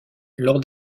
lors